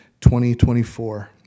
2024